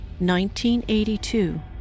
1982